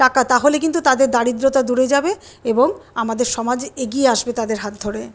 টাকা তাহলে কিন্তু তাদের দারিদ্রতা দূরে যাবে এবং আমাদের সমাজ এগিয়ে আসবে তাদের হাত ধরে